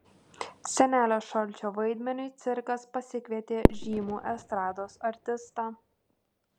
senelio šalčio vaidmeniui cirkas pasikvietė žymų estrados artistą